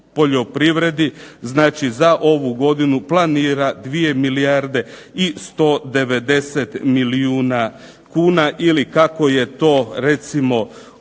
poljoprivredi, znači za ovu godinu planira 2 milijarde i 190 milijuna kuna ili kako je to recimo